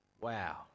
Wow